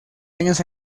años